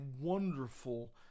wonderful